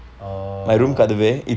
oh